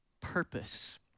purpose